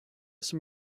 some